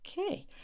okay